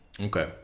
Okay